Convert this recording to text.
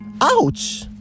Ouch